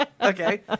Okay